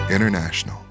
International